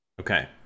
Okay